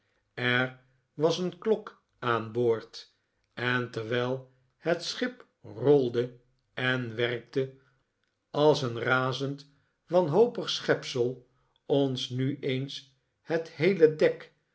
er was een klok aan boord en terwijl het schip rolde en werkte als een razend wanhopig schepsel ons nu eens het heele dek